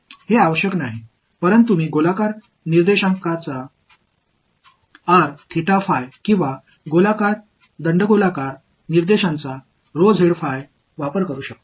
எனவே இதுவரை நான் x y z இன் எழுத்துக்களை பயன்படுத்துகிறேன் ஆனால் அது தேவையில்லை நான் போன்ற சபரிகள் கோ ஆர்டினேட்'ஸ் spherical coordinate's பயன்படுத்தலாம் அல்லது போன்ற உருளை கோ ஆர்டினேட்'ஸ் coordinate's பயன்படுத்தலாம்